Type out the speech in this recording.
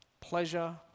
Pleasure